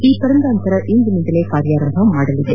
ಈ ತರಂಗಾಂತರ ಇಂದಿನಿಂದಲೇ ಕಾರ್ಯಾರಂಭ ಮಾಡಲಿದೆ